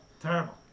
Terrible